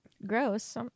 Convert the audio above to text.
Gross